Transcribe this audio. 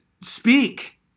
speak